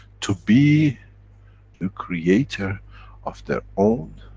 to be the creator of their own,